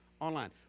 online